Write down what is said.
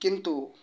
କିନ୍ତୁ